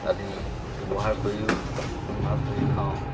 আদি ব্যৱহাৰ কৰিও আমি মাছ ধৰি খাওঁ